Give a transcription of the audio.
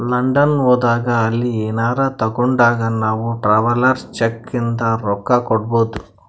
London ಹೋದಾಗ ಅಲ್ಲಿ ಏನರೆ ತಾಗೊಂಡಾಗ್ ನಾವ್ ಟ್ರಾವೆಲರ್ಸ್ ಚೆಕ್ ಇಂದ ರೊಕ್ಕಾ ಕೊಡ್ಬೋದ್